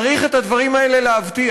צריך את הדברים האלה להבטיח.